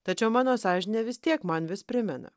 tačiau mano sąžinė vis tiek man vis primena